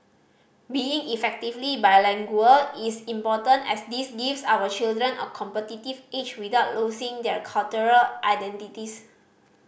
being effectively bilingual is important as this gives our children a competitive edge without losing their cultural identities